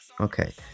Okay